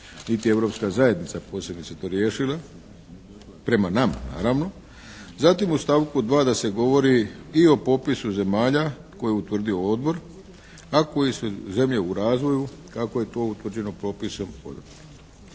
niti je Europska zajednica posebice to riješila, prema nama naravno. Zatim u stavku 2. da se govori i o popisu zemalja koje je utvrdio odbor, a koji se zemlje u razvoju, kako je to utvrđeno popisom